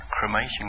cremation